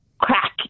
crack